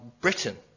Britain